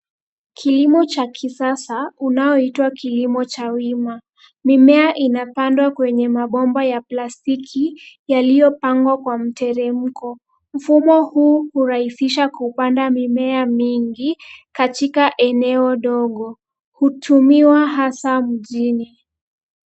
Kilimo cha kisasa unaoitwa kilimo cha wima, mimea inapandwa kwenye mabomba ya plastiki yaliyopangwa kwa mteremko. Mfumo huu hurahisisha kupanda mimea mingi katika eneo dogo, hutumiwa hasa mjini.